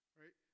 right